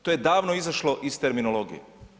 To je davno izašlo iz terminologije.